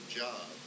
job